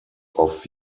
off